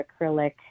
acrylic